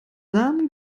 samen